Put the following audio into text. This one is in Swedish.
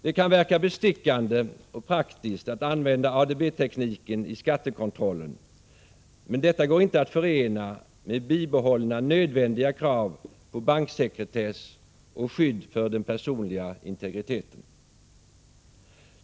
Det kan verka bestickande och praktiskt att använda ADB-tekniken i skattekontrollen, men detta går inte att förena med bibehållna nödvändiga krav på banksekretess och skydd för den personliga integriteten.